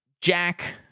Jack